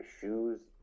shoes